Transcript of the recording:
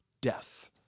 death